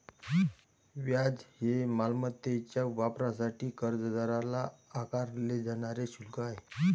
व्याज हे मालमत्तेच्या वापरासाठी कर्जदाराला आकारले जाणारे शुल्क आहे